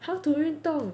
how to 运动